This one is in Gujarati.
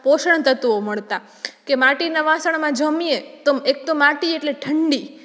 પોષણ તત્વો મળતાં કે માટીના વાસણમાં જમીએ તો એકતો માટી એટલે ઠંડી